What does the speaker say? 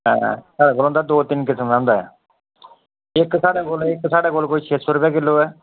साढ़े कोल होंदा ऐ दो तिन किस्म दा होंदा ऐ इक साढ़े कोल इक साढ़े कोल कोई छे सौ रपेआ किल्लो ऐ